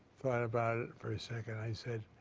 thought about it for a second. i said,